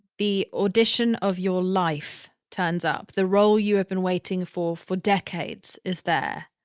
the audition of your life turns up, the role you have been waiting for for decades is there.